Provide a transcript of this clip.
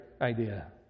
idea